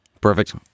Perfect